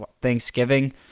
Thanksgiving